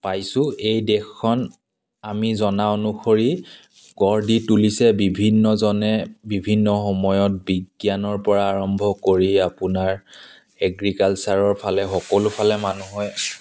পাইছোঁ এই দেশখন আমি জনা অনুসৰি গঢ় দি তুলিছে বিভিন্নজনে বিভিন্ন সময়ত বিজ্ঞানৰ পৰা আৰম্ভ কৰি আপোনাৰ এগ্ৰিকালচাৰৰ ফালে সকলোফালে মানুহে